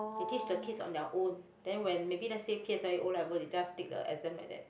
they teach the kids on their own then when maybe lets say p_s_l_e O-level they just take the exam like that